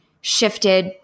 shifted